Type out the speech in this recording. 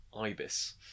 Ibis